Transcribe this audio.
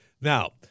Now